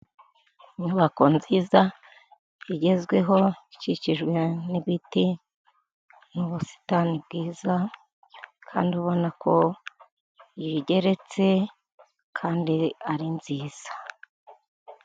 Inyubako nziza igezweho, ikikijwe n'ibiti n'ubusitani, bwiza kandi ubona ko igeretse kandi ari nziza.